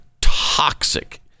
toxic